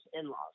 in-laws